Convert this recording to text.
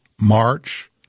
March